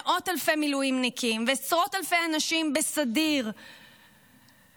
מאות אלפי מילואימניקים ועשרות אלפי אנשים בסדיר ובקבע,